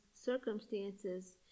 circumstances